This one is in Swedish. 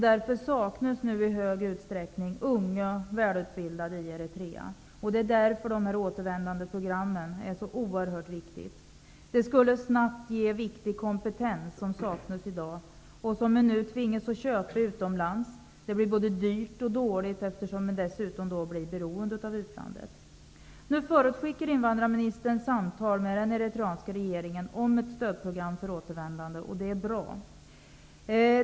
Därför saknas nu i stor utsträckning unga välutbildade i Eritrea. Det är därför dessa återvändandeprogram är så viktiga. De skulle snabbt ge viktig kompetens som saknas i dag och som man nu tvingas köpa utomlands. Det blir både dyrt och dåligt, och man blir dessutom beroende av utlandet. Nu förutskickar invandrarministern samtal med den eritreanska regeringen om stödprogram för återvändande. Det är bra.